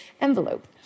envelope